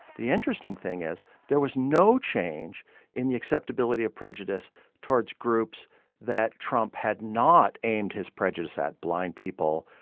the interesting thing is there was no change in the acceptability of prejudice towards groups that trump had not aimed his prejudice at blind people,